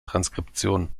transkription